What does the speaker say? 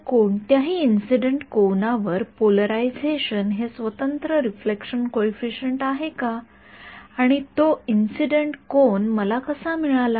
तर कोणत्याही इंसिडेंट कोनावर पोलरायझेशन हे स्वतंत्र रिफ्लेक्शन कॉइफिसिएंट आहे का आणि तो इंसिडेंट कोन मला कसा मिळाला